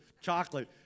Chocolate